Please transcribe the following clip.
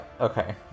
okay